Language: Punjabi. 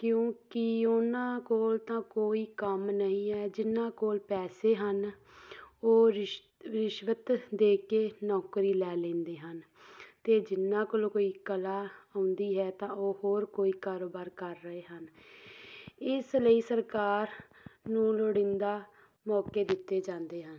ਕਿਉਂਕਿ ਉਹਨਾਂ ਕੋਲ ਤਾਂ ਕੋਈ ਕੰਮ ਨਹੀਂ ਹੈ ਜਿਹਨਾਂ ਕੋਲ ਪੈਸੇ ਹਨ ਉਹ ਰਿਸ਼ ਰਿਸ਼ਵਤ ਦੇ ਕੇ ਨੌਕਰੀ ਲੈ ਲੈਂਦੇ ਹਨ ਅਤੇ ਜਿਹਨਾਂ ਕੋਲ ਕੋਈ ਕਲਾ ਹੁੰਦੀ ਹੈ ਤਾਂ ਉਹ ਹੋਰ ਕੋਈ ਕਾਰੋਬਾਰ ਕਰ ਰਹੇ ਹਨ ਇਸ ਲਈ ਸਰਕਾਰ ਨੂੰ ਲੋੜੀਂਦਾ ਮੌਕੇ ਦਿੱਤੇ ਜਾਂਦੇ ਹਨ